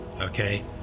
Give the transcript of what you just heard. Okay